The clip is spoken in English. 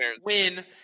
win